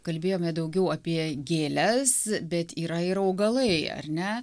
kalbėjome daugiau apie gėles bet yra ir augalai ar ne